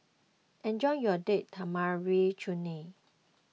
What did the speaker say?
enjoy your Date Tamarind Chutney